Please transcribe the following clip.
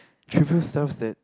trivial stuffs that